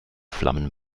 flammen